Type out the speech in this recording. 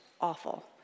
awful